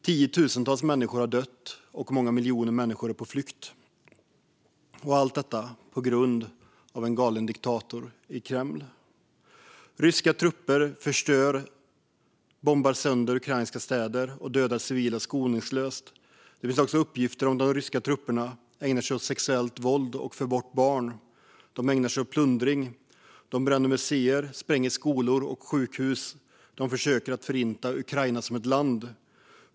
Tiotusentals människor har dött, och många miljoner människor är på flykt - allt detta på grund av en galen diktator i Kreml. Ryska trupper förstör och bombar sönder ukrainska städer och dödar civila skoningslöst. Det finns också uppgifter om att de ryska trupperna ägnar sig åt sexuellt våld och för bort barn. De ägnar sig åt plundring. De bränner museer och spränger skolor och sjukhus. De försöker förinta Ukraina som land.